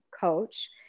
coach